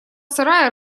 сарая